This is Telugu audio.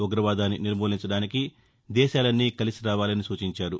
ఉగ్రవాదాన్ని నిర్మూలించడానికి దేశాలన్నీ కలిసి రావాలని సూచించారు